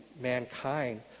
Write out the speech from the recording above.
mankind